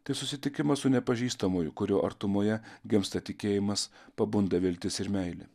tai susitikimas su nepažįstamuoju kurio artumoje gimsta tikėjimas pabunda viltis ir meilė